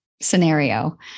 scenario